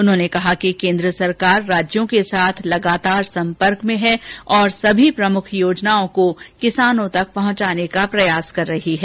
उन्होंने कहा कि केन्द्र सरकार राज्यों के साथ लगातार संपर्क में है और सभी प्रमुख योजनाओं को किसानों तक पहुंचाने के प्रयास कर रही है